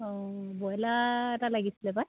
অঁ ব্ৰইলাৰ এটা লাগিছিলে পায়